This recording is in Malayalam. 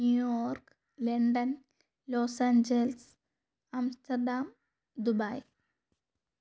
New York London Los Angeles Amsterdam Dubai